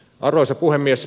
arvoisa puhemies